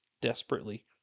desperately